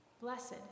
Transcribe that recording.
Blessed